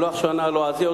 שהוא לוח שנה לועזי,